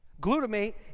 Glutamate